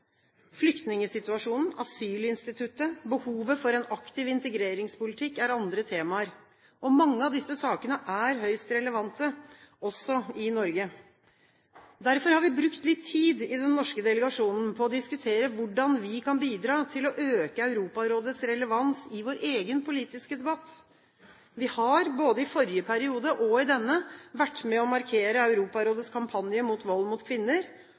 Flyktningsituasjonen, asylinstituttet, behovet for en aktiv integreringspolitikk er andre temaer. Mange av disse sakene er høyst relevante, også i Norge. Derfor har vi brukt litt tid i den norske delegasjonen på å diskutere hvordan vi kan bidra til å øke Europarådets relevans i vår egen politiske debatt. Vi har, både i forrige periode og i denne, vært med på å markere Europarådets kampanje mot vold mot kvinner,